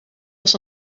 als